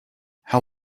how